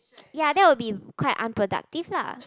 ya that will be quite unproductive lah